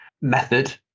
method